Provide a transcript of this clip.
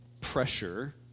pressure